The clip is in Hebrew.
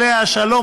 עליה השלום,